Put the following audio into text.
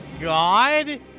God